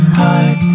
heart